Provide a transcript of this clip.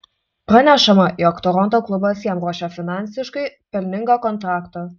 pranešama jog toronto klubas jam ruošia finansiškai pelningą kontraktą